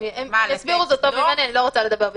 הם יסבירו טוב ממני, אני לא רוצה לדבר בשמם.